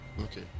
Okay